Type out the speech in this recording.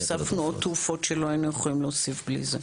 הוספנו עוד תרופות שלא היינו יכולים להוסיף בלי זה.